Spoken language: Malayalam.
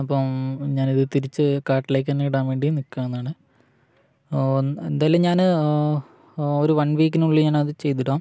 അപ്പം ഞാനിത് തിരിച്ച് കാര്ട്ടിലേക്ക് തന്നെയിടാൻ വേണ്ടി നില്ക്കുകയാണ് എന്തായാലും ഞാന് ഒരു വൺ വീക്കിനുള്ളിൽ ഞാനത് ചെയ്തിടാം